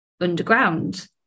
underground